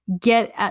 get